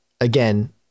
again